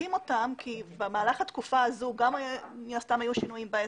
בודקים אותם כי במהלך התקופה הזו מן הסתם היו שינויים בעסק,